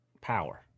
power